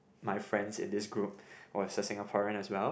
my friends in this group was a Singaporean as well